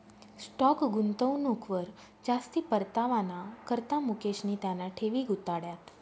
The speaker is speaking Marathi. स्टाॅक गुंतवणूकवर जास्ती परतावाना करता मुकेशनी त्याना ठेवी गुताड्यात